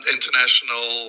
International